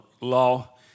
law